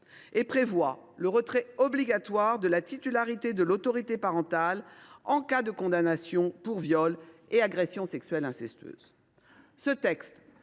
elle prévoit le retrait obligatoire de la titularité de l’autorité parentale en cas de condamnation pour viol ou agression sexuelle incestueux.